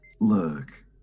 look